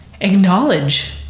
acknowledge